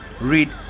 read